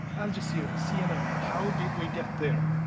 al jazeera. cnn. how did we get there?